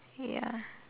ya